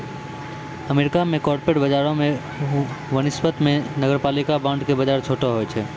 America मे corporate बजारो के वनिस्पत मे नगरपालिका बांड के बजार छोटो होय छै